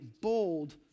bold